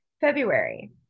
february